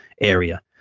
area